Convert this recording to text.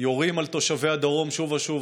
יורים על תושבי הדרום שוב ושוב.